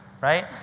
right